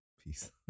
Peace